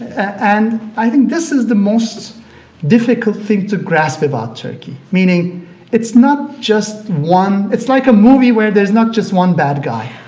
and i think this is the most difficult thing to grasp about turkey, meaning it's not just one it's like a movie where there's not just one bad guy.